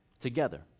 together